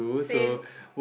same